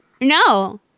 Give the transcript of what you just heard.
No